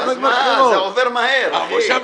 זה עובר מהר, אחי.